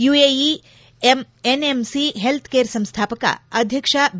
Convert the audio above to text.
UAE NMC healthcare ಸಂಸ್ಥಾಪಕ ಅಧ್ವಕ್ಷ B